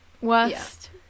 worst